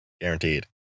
guaranteed